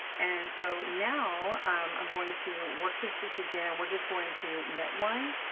and so, now i'm going to work this stitch again, we're just going to knit one,